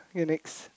you next